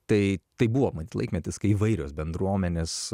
tai tai buvo mat laikmetis kai įvairios bendruomenės